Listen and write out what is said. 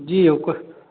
जी ओ के